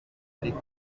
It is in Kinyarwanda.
ariko